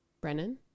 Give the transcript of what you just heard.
Brennan